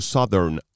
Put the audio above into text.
Southern